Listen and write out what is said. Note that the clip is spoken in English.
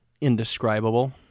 Indescribable